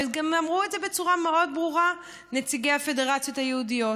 וגם אמרו את זה בצורה מאוד ברורה נציגי הפדרציות היהודיות.